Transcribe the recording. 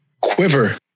Quiver